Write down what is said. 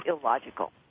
illogical